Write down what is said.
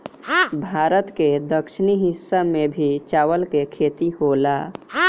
भारत के दक्षिणी हिस्सा में भी चावल के खेती होला